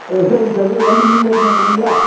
சரிங்க சார் இது வண்டி நீங்களே எடுத்துகிட்டு வந்துடுறீங்களா